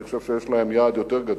אני חושב שיש להם יעד יותר גדול.